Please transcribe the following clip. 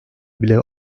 bile